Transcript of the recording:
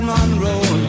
Monroe